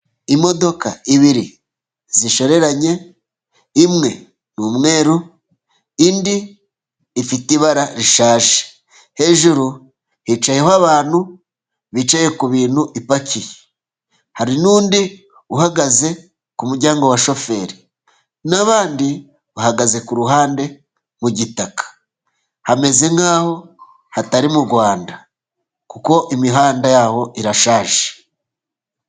Imodoka ebyiri zishoreranye，imwe ni umweru，indi ifite ibara rishaje， hejuru hicayeho abantu bicaye ku bintu ipakiye，hari n'undi uhagaze ku muryango wa shoferi，n'abandi bahagaze ku ruhande， mu gitaka. Hameze nk’aho atari mu Rwanda， kuko imihanda yaho irashaje.